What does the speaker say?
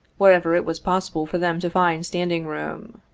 wherever it was possible for them to find standing room.